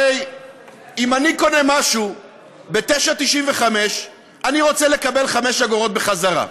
הרי אם אני קונה משהו ב-9.95 אני רוצה לקבל 5 אגורות בחזרה.